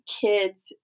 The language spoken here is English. kids